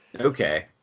Okay